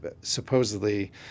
supposedly